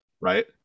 right